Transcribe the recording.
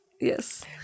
Yes